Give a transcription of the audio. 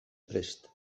prest